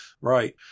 Right